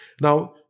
Now